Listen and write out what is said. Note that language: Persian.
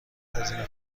هزینه